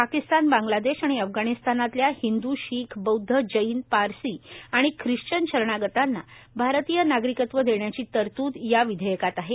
पाकिस्तान बांगलादेश आणि अफगाणिस्तानातल्या हिंदू शीख बौद्ध जैन पारशी आणि ख्रिश्चन शरणागतांना भारतीय नागरिकत्व देण्याची तरतूद या विधेयकात आहे